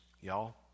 y'all